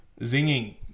zinging